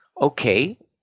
Okay